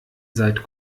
seit